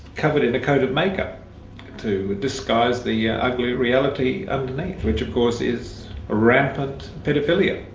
covered in a kind of make-up to disguise the yeah ugly reality underneath, which of course is rampant paedophilia,